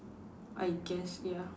I guess ya